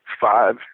five